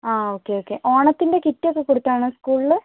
ആ okay okay ഓണത്തിൻ്റെ kit ഒക്കെ കൊടുത്തതാണോ സ്കൂളിൽ